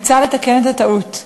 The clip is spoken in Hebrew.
מוצע לתקן את הטעות.